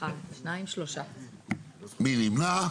מי נמנע?